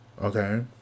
Okay